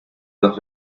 dos